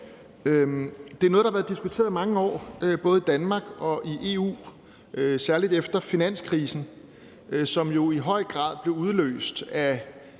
Det er noget, der har været diskuteret i mange år, både i Danmark og i EU, særlig efter finanskrisen, som jo i høj grad blev udløst af